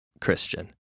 Christian